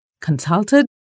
consulted